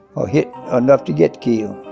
or hit enough to get killed.